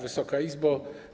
Wysoka Izbo!